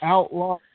Outlaw